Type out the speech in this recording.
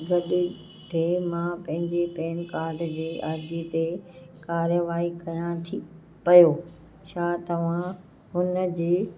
गॾे ठे मां पंहिंजे पेन कार्ड जे अर्जी ते कार्यवाई कयां थी पियो छा तव्हां हुनजे